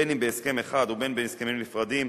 בין בהסכם אחד ובין בהסכמים נפרדים,